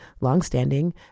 longstanding